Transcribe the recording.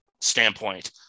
standpoint